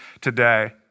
today